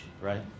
right